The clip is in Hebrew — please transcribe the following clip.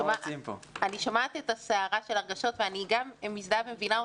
אני שומעת את סערת הרגשות ואני גם מזדהה ומבינה אותה.